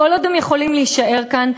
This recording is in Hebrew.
כל עוד הם יכולים להישאר כאן,